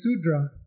Sudra